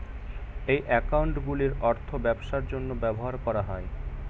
এই অ্যাকাউন্টগুলির অর্থ ব্যবসার জন্য ব্যবহার করা হয়